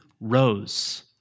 rose